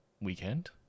weekend